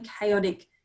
chaotic